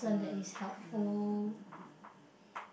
mm mm mm mm mm mm mm